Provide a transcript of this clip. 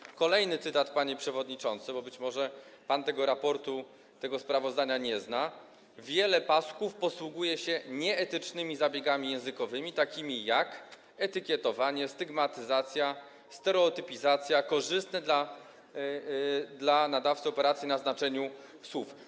I kolejny cytat, panie przewodniczący, bo być może pan tego raportu, tego sprawozdania nie zna: Wiele pasków posługuje się nieetycznymi zabiegami językowi, takimi jak: etykietowanie, stygmatyzacja, stereotypizacja, korzystne dla nadawcy operacje na znaczeniu słów.